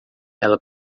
ela